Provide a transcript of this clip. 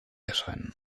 erscheinen